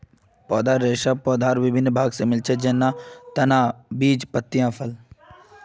पौधार रेशा पौधार विभिन्न भाग स मिल छेक, जैन न बीज, तना, पत्तियाँ, फल